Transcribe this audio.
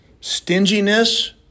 stinginess